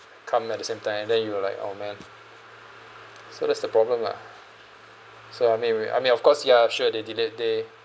come at the same time then you were like oh man so that's the problem lah so I mean we I mean of course ya sure they delayed they